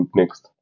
next